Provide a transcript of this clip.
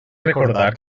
recordar